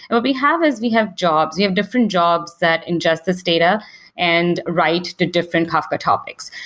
and what we have is we have jobs. we have different jobs that ingest this data and write to different kafka topics.